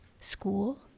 school